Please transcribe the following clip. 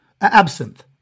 absinthe